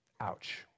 Ouch